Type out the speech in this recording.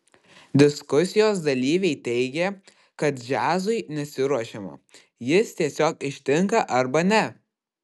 diskusijos dalyviai teigė kad džiazui nesiruošiama jis tiesiog ištinka arba ne